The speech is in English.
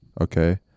Okay